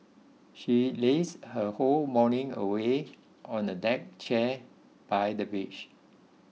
she lazed her whole morning away on a deck chair by the beach